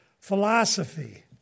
Philosophy